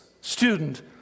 student